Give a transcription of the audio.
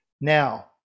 Now